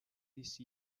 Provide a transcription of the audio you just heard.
these